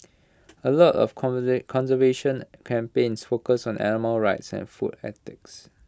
A lot of conservation campaigns focus on animal rights and food ethics